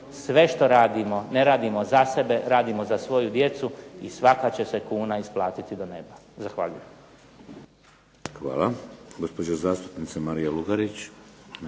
Sve što radimo ne radimo za sebe, radimo za svoju djecu i svaka će se kuna isplatiti do neba. Zahvaljujem.